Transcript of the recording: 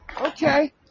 Okay